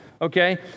Okay